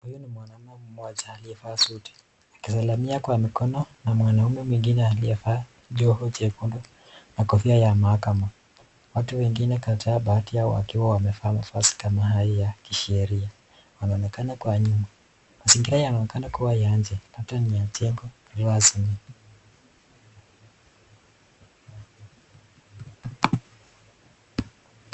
Huyu i mwanamme mmoja aliyevaa suti, akisalamia kwa mikono na mwanamume aliyevaa joho jekundu na kofia ya mahakama. Watu wengine kati yao baadhi yao wakiwa wamevaa mavazi kama haya ya kisheria. Wanaonekana kwa mazingira yanonekana kuwa ya nje labdani ya jengo rasmi